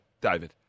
David